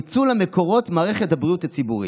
ניצול מקורות מערכת הבריאות הציבורית.